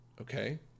Okay